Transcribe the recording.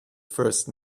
first